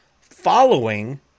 following